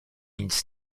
nic